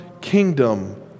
kingdom